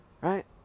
right